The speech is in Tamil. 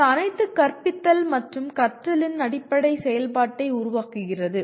இது அனைத்து கற்பித்தல் மற்றும் கற்றலின் அடிப்படை செயல்பாட்டை உருவாக்குகிறது